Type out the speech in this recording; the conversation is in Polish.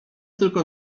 tylko